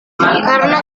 karena